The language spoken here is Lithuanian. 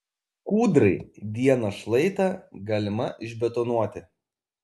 kūdrai vieną šlaitą galima išbetonuoti